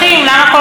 אז רבותיי,